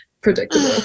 Predictable